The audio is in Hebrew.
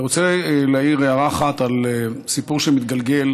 אני רוצה להעיר הערה אחת על סיפור שמתגלגל